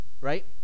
Right